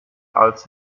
als